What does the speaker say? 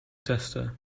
testen